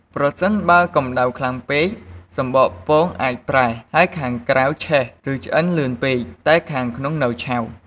ប្រសិនបើកម្តៅខ្លាំងពេក សំបកពងអាចប្រេះ ហើយខាងក្រៅឆេះ ឬឆ្អិនលឿនពេក តែខាងក្នុងនៅឆៅ។